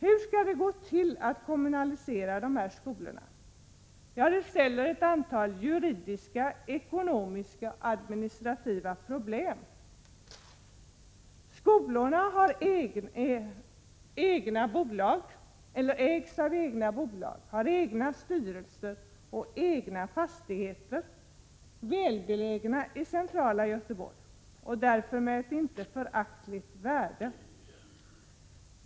Hur skall det gå till att kommunalisera dessa skolor? Det ställer ett antal juridiska, ekonomiska och administrativa problem. Skolorna ägs av egna bolag har egna styrelser och egna fastigheter, väl belägna i centrala Göteborg och därför med ett inte föraktligt värde.